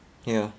ya